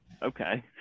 Okay